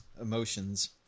emotions